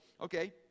Okay